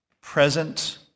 present